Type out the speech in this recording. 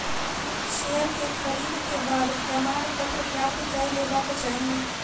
share के खरीद के बाद प्रमाणपत्र प्राप्त कय लेबाक चाही